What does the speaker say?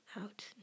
out